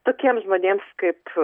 tokiems žmonėms kaip